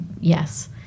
yes